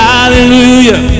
Hallelujah